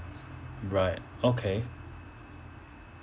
right okay